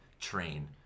train